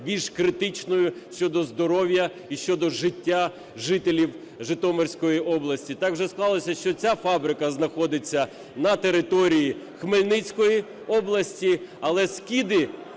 більш критичною щодо здоров'я і щодо життя жителів Житомирської області. Так вже склалося, що ця фабрика знаходиться на території Хмельницької області, але скиди